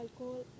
alcohol